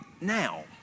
now